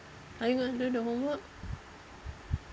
are you going to do the homework